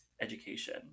education